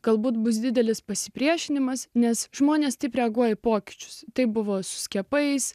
galbūt bus didelis pasipriešinimas nes žmonės taip reaguoja į pokyčius tai buvo su skiepais